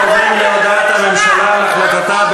אנחנו עוברים להודעת הממשלה על החלטתה,